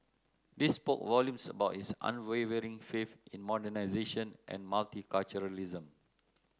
this spoke volumes about his unwavering faith in modernisation and multiculturalism